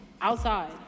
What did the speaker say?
outside